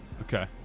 Okay